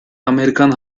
amerikan